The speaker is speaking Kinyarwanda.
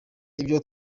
ibyo